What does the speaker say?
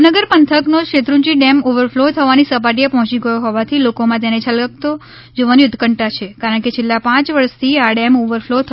ભાવનગર પંથક નો Shetrunji dam overflow થવાની સપાટી એ પહોચી ગયો હોવાથી લોકો માં તેને છલકતો જોવાની ઉત્કંઠા છે કારણ કે છેલ્લા પાંચ વર્ષ થી આ ડેમ ઓવરફ્લો થયો નથી